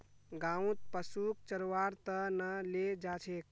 गाँउत पशुक चरव्वार त न ले जा छेक